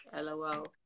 lol